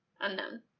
Unknown